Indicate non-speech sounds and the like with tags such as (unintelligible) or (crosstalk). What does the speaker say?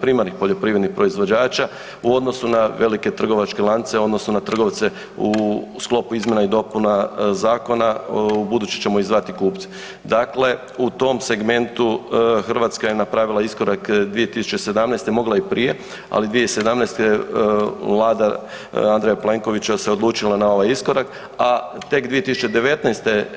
primarnih poljoprivrednih proizvođača u odnosu na velike trgovačke lance, odnosno trgovce u sklopu izmjena i dopuna zakona, ubuduće ćemo ... (unintelligible) kupce, dakle u tom segmentu Hrvatska je napravila iskorak 2017., mogla je i prije, ali 2017. je Vlada Andreja Plenkovića se odlučila na ovaj iskorak, a tek 2019.